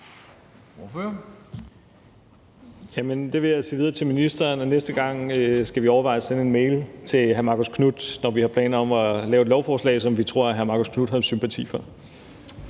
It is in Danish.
det vil jeg sige videre til ministeren, og næste gang skal vi overveje at sende en mail til hr. Marcus Knuth, når vi har planer om at lave et lovforslag, som vi tror hr. Marcus Knuth har sympati for.